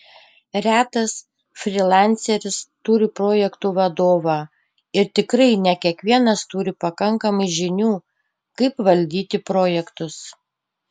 retas frylanceris turi projektų vadovą ir tikrai ne kiekvienas turi pakankamai žinių kaip valdyti projektus